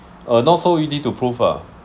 uh not so easy to prove lah